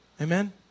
amen